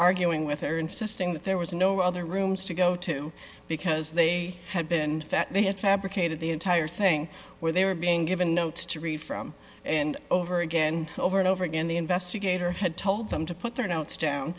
arguing with her insisting that there was no other rooms to go to because they had been that they had fabricated the entire thing where they were being given notes to read from and over again over and over again the investigator had told them to put their notes down